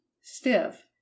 stiff